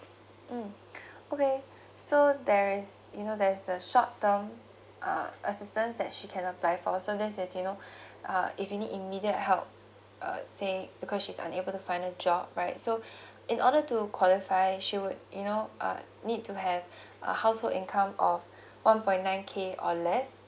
mm okay so there is you know there's a short term uh assistance that she can apply for so this is you know uh if you need immediate help uh say because she's unable to find a job right so in order to qualify she would you know uh need to have a household income of one point nine k or less